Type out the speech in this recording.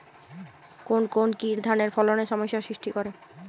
কোন কোন কীট ধানের ফলনে সমস্যা সৃষ্টি করে?